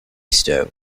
sto